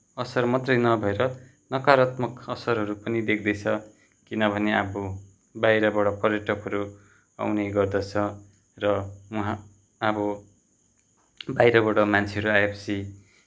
असर मात्रै न भएर नकारात्मक असरहरू पनि देख्दैछ किनभने अब बाहिरबाट पर्यटकहरू आउने गर्दछ र उहाँ अब बाहिरबाट मान्छेहरू आएपछि